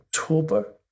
october